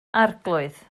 arglwydd